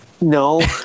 No